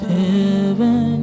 heaven